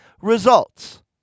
results